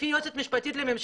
לפי המשנה ליועץ המשפטי לממשלה,